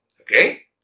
Okay